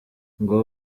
ngo